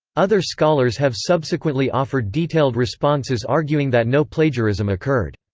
other scholars have subsequently offered detailed responses arguing that no plagiarism occurred.